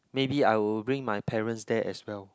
maybe I will bring my parents there as well